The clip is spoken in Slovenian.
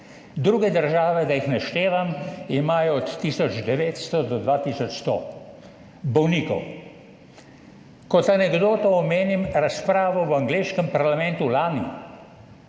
Druge države, da jih naštevam, imajo od tisoč 900 do dva tisoč 100 bolnikov. Kot anekdoto omenim razpravo v angleškem parlamentu lani,